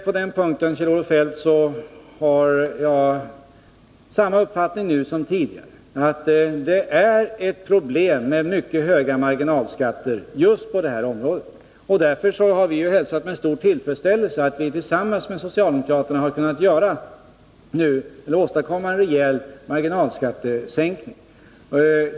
På den punkten, Kjell-Olof Feldt, har jag samma uppfattning nu som tidigare, att det är problem just på det här området med mycket höga marginalskatter. Därför har vi hälsat med stor tillfredsställelse att vi tillsammans med socialdemokraterna nu har kunnat åstadkomma en rejäl marginalskattesänkning.